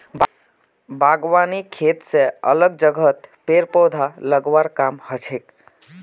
बागवानी खेत स अलग जगहत पेड़ पौधा लगव्वार काम हछेक